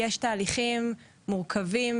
יש תהליכים מורכבים